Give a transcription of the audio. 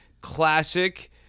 classic